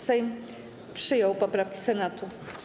Sejm przyjął poprawki Senatu.